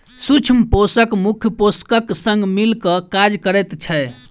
सूक्ष्म पोषक मुख्य पोषकक संग मिल क काज करैत छै